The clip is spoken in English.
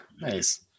Nice